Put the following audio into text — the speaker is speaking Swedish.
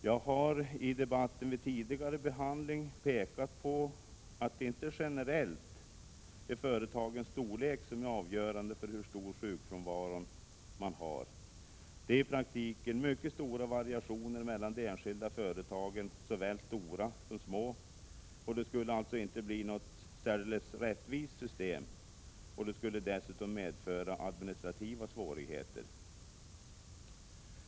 Jag har i debatten vid tidigare behandling pekat på att det generellt inte är företagens storlek som är avgörande för hur stor sjukfrånvaron är. Det är i praktiken mycket stora variationer mellan de enskilda företagen, såväl mellan stora som små. Det skulle alltså inte bli något särdeles rättvist system, och det skulle dessutom medföra administrativa svårigheter.